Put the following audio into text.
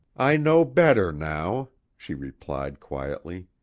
i know better now, she replied quietly.